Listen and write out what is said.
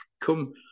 come